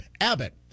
abbott